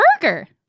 burger